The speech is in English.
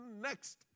next